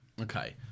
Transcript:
Okay